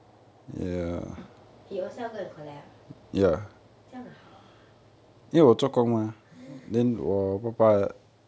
he own self go and collect ah 这样好 ah